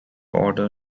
order